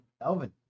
Elvin